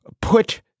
put